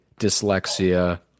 dyslexia